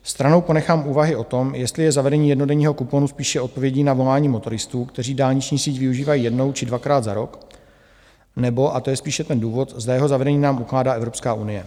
Stranou ponechám úvahy o tom, jestli je zavedení jednodenního kuponu spíše odpovědí na volání motoristů, kteří dálniční síť využívají jednou či dvakrát za rok, nebo, a to je spíše ten důvod, zda jeho zavedení nám ukládá Evropská unie.